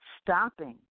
stopping